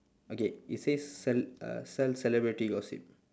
okay it says cel~ uh sell celebrity gossip